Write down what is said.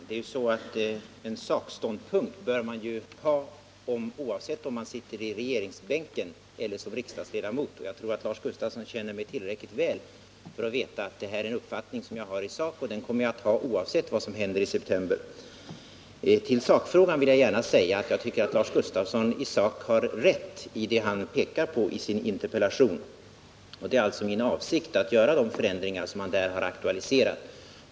Herr talman! Jag anser att man bör inta en sakståndpunkt, oavsett om man sitter i regeringsbänken eller om man är riksdagsledamot. Jag tror att Lars Gustafsson känner mig tillräckligt väl för att veta att den uppfattning som jag redovisat är den uppfattning som jag har i sak och att jag kommer att ha den, oavsett vad som händer i september. När det gäller sakfrågan vill jag gärna säga att jag tycker att Lars Gustafsson har rätt i det han pekar på i sin interpellation. Det är min avsikt att göra de förändringar som han där har aktualiserat.